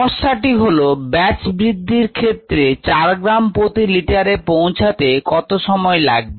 সমস্যাটি হলো ব্যাচ বৃদ্ধির ক্ষেত্রে চার গ্রাম প্রতি লিটারে পৌঁছাতে কত সময় লাগবে